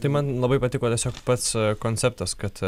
tai man labai patiko tiesiog pats konceptas kad